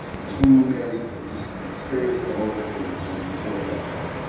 food, everything. just experience the whole thing and report back up.